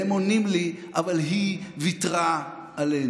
והם עונים לי: אבל היא ויתרה עלינו.